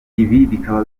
bikaba